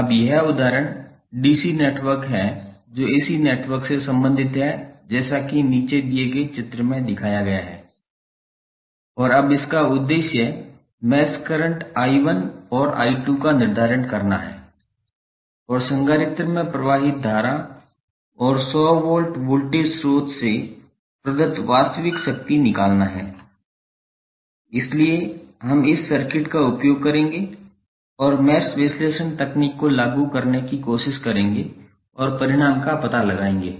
अब यह उदाहरण डीसी नेटवर्क नहीं है जो एसी नेटवर्क से संबंधित है जैसा कि नीचे दिए गए चित्र में दिखाया गया है और अब इसका उद्देश्य मैश करंट I1 और I2 का निर्धारण करना है और संधारित्र में प्रवाहित धारा और 100 वोल्ट वोल्टेज श्रोत से प्रदत्त वास्तविक शक्ति निकालना है इसलिए हम इस सर्किट का उपयोग करेंगे और मैश विश्लेषण तकनीक को लागू करने की कोशिश करेंगे और परिणाम का पता लगाएंगे